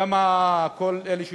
גם כל אלה שיושבים.